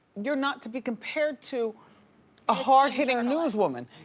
you're not to be compared to a hard-hitting and newswoman.